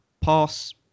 pass